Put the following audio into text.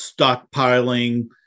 stockpiling